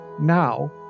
now